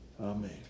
Amen